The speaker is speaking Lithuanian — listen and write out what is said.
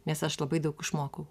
nes aš labai daug išmokau